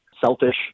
Selfish